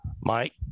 Mike